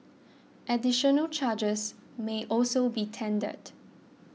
additional charges may also be tendered